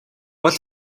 гол